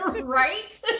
right